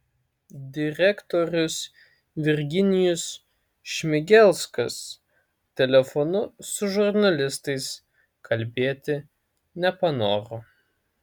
direktorius virginijus šmigelskas telefonu su žurnalistais kalbėti nepanoro